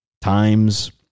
times